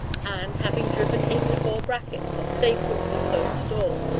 and, having driven in the four brackets, or staples, and closed the door,